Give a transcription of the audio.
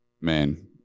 man